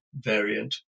variant